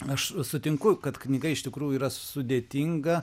aš sutinku kad knyga iš tikrųjų yra sudėtinga